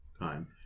time